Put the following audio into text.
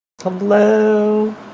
hello